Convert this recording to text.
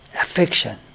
Affection